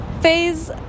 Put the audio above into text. phase